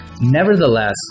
Nevertheless